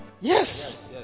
Yes